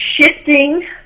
shifting